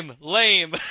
lame